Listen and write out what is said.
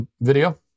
video